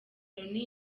loni